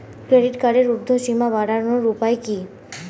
Credit কার্ডের উর্ধ্বসীমা বাড়ানোর উপায় কি?